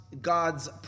God's